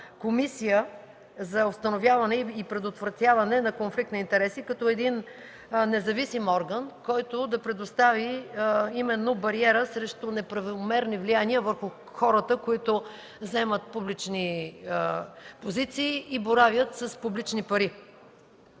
Комисия за предотвратяване и установяване на конфликт на интереси като независим орган, който да предостави именно бариера срещу неправомерни влияния върху хората, които заемат публични позиции и боравят с публични пари.